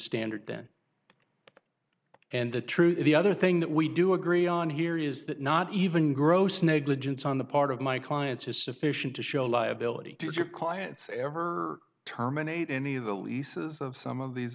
standard then and the truth is the other thing that we do agree on here is that not even gross negligence on the part of my clients is sufficient to show liability to your clients ever terminate any of the leases of some of these